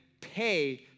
pay